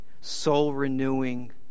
soul-renewing